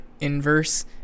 inverse